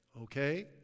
Okay